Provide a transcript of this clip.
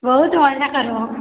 ବହୁତ ମଜା କର୍ବୁ